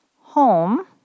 home